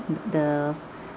with the